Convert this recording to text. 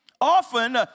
Often